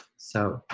so